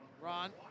Ron